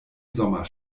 sommer